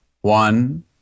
one